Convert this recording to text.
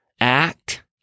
act